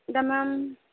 ଏଇଟା ମ୍ୟାମ୍